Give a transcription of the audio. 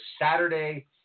Saturday